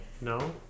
No